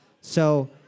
So-